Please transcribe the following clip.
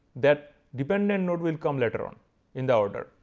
that dependent node will come later on in the order.